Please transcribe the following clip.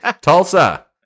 Tulsa